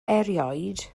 erioed